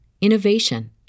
innovation